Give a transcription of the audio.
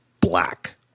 black